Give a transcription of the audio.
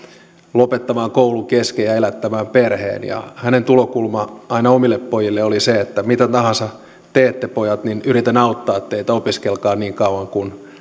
lopettamaan koulun kesken ja elättämään perheen ja hänen tulokulmansa omille pojilleen oli aina se että mitä tahansa teette pojat niin yritän auttaa teitä opiskelkaa niin kauan kuin